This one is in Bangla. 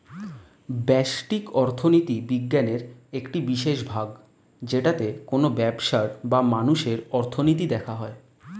ব্যষ্টিক অর্থনীতি বিজ্ঞানের একটি বিশেষ ভাগ যেটাতে কোনো ব্যবসার বা মানুষের অর্থনীতি দেখা হয়